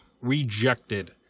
Rejected